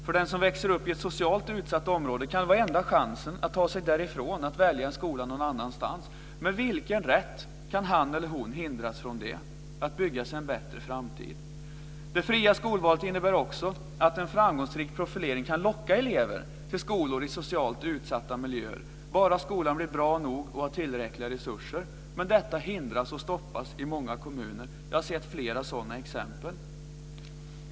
För den som växer upp i ett socialt utsatt område kan det vara enda chansen att ta sig därifrån att välja en skola någon annanstans. Med vilken rätt kan han eller hon hindras från det och att bygga sig en bättre framtid? Det fria skolvalet innebär också att en framgångsrik profilering kan locka elever till skolor i socialt utsatta miljöer - bara skolan blir bra nog och har tillräckliga resurser. Men detta hindras och stoppas i många kommuner. Jag har sett flera sådana exempel.